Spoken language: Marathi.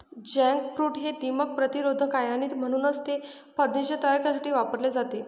जॅकफ्रूट हे दीमक प्रतिरोधक आहे आणि म्हणूनच ते फर्निचर तयार करण्यासाठी वापरले जाते